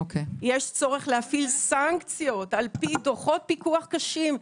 יש צורך להפעיל סנקציות על פי דוחות פיקוח קשים.